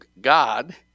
God